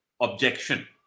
objection